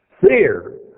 Fear